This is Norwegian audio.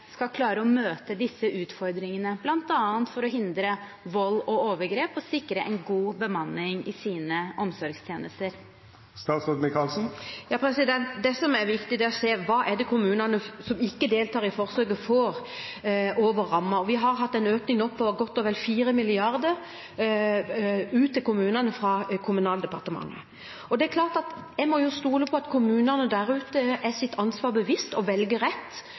skal klare å møte disse utfordringene, bl.a. for å hindre vold og overgrep og sikre en god bemanning i sine omsorgstjenester? Det som er viktig, er å se hva kommunene som ikke deltar i forsøket, får over rammen. Vi har hatt en økning nå på godt og vel 4 mrd. kr ut til kommunene fra Kommunaldepartementet. Jeg må stole på at kommunene der ute er seg sitt ansvar bevisst og velger rett